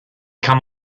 come